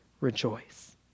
rejoice